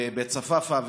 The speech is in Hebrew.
בבית צפאפא,